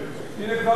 הנה, כבר נרשם.